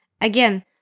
Again